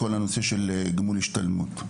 כל הנושא של גמול השתלמות,